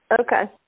Okay